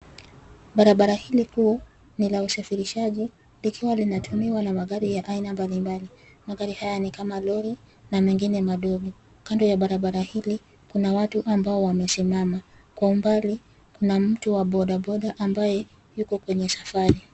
Barabara hili kuu ni la usafirishaji, likiwa linatumiwa na magari ya aina mbali mbali. Magari haya ni kama lori na mengine madogo. Kando ya barabara hili kuna watu ambao wamesimama. Kwa umbali kuna mtu wa bodaboda ambaye yuko kwenye safari.